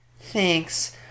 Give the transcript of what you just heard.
Thanks